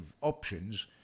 options